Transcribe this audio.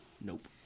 nope